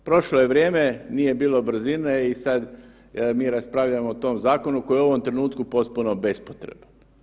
Prošlo je vrijeme, nije bilo brzine i sad mi raspravljamo o tom zakonu koji je u ovom trenutku potpuno bespotreban.